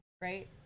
right